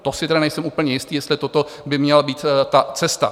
To si tedy nejsem úplně jistý, jestli toto by měla být ta cesta.